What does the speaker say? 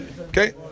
okay